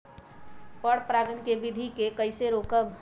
पर परागण केबिधी कईसे रोकब?